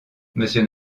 monsieur